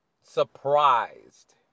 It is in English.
surprised